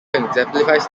exemplifies